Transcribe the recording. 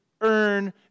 earn